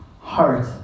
heart